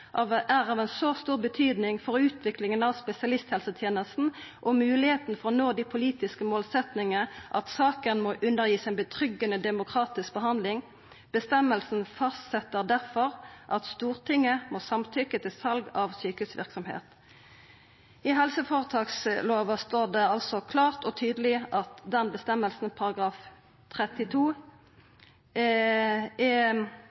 av sykehusvirksomhet er av så stor betydning for utviklingen av spesialisthelsetjenesten og muligheten for å nå de politiske målsettingene, at saken må undergis en betryggende demokratisk behandling. Bestemmelsen fastsetter derfor at Stortinget må samtykke til salg av sykehusvirksomhet.» I helseføretakslova står det altså klart og tydeleg at den føresegna, § 32, er